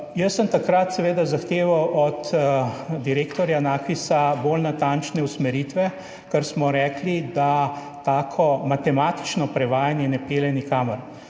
Jaz sem takrat seveda zahteval od direktorja NAKVIS bolj natančne usmeritve, ker smo rekli, da tako matematično prevajanje ne pelje nikamor.